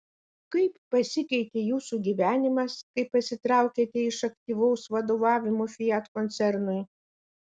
kaip pasikeitė jūsų gyvenimas kai pasitraukėte iš aktyvaus vadovavimo fiat koncernui